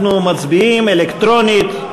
אנחנו מצביעים אלקטרונית.